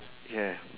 yeah